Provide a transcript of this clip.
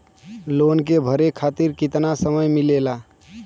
Loan के भरे खातिर कितना समय मिलेला?